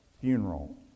funeral